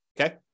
okay